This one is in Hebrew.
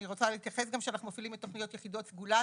אני רוצה להתייחס גם שאנחנו מפעילים את "יחידות סגולה"